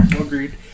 Agreed